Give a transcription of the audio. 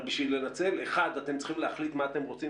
אבל בשביל לנצל אתם צריכים להחליט מה אתם רוצים,